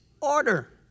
order